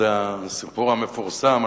זה הסיפור המפורסם,